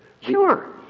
Sure